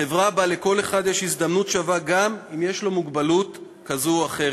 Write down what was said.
חברה שבה לכל אחד יש הזדמנות שווה גם אם יש לו מוגבלות כזו או אחרת.